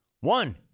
One